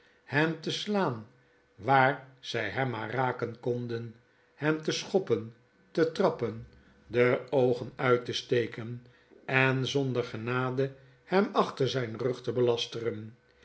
hem te slaan waar zjj hem maar raken konden hem te schoppen te trappen de oogen uit te steken en zonder genade hem achter ztjn rug te belasteren